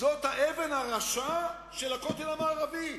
זאת אבן הראשה של הכותל המערבי.